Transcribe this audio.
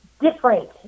different